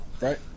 Right